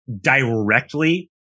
directly